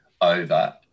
over